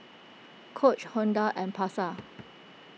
Coach Honda and Pasar